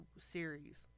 series